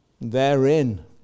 Therein